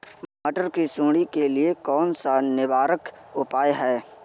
मटर की सुंडी के लिए कौन सा निवारक उपाय है?